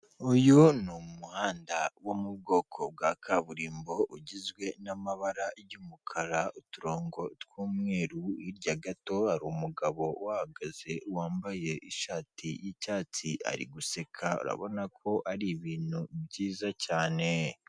Uyu ni umuhanda wo mu bwoko bwa kaburimbo ugizwe n'amabara y'umukara uturongo tw'umweru, hirya gato hari umugabo uhagaze wambaye ishati y'icyatsi ari guseka urabona ko ari ibintu byiza cyane.